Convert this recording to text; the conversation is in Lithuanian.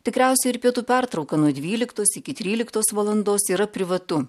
tikriausia ir pietų pertrauka nuo dvyliktos iki tryliktos valandos yra privatu